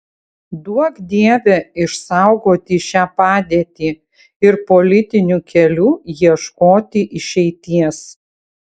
duok dieve išsaugoti šią padėtį ir politiniu keliu ieškoti išeities